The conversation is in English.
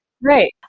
Right